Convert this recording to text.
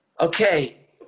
Okay